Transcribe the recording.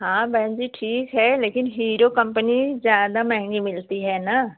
हाँ बहन जी ठीक है लेकिन हीरो कंपनी ज़्यादा महेंगी मिलती है न